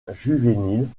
juvéniles